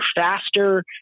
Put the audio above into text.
faster